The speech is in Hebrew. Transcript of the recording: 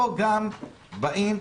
פה גם אומרים: